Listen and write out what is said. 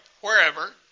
wherever